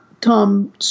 Tom